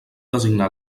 designar